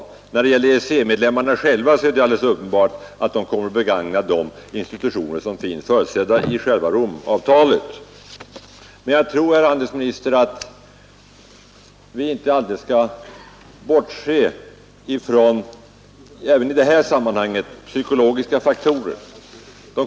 Vad EEC-medlemmarna beträffar är det alldeles uppenbart att dessa kommer att begagna de institutioner, som finns förutsedda i själva Romavtalet. Men jag tror, herr handelsminister, att vi inte heller i det här sammanhanget helt kan bortse från psykologiska faktorer.